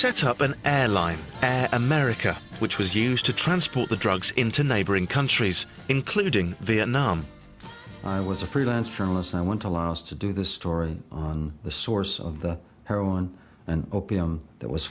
set up an ally at america which was used to transport the drugs into neighboring countries including vietnam i was a freelance journalist and i went to laos to do the story on the source of the heroin and opium that was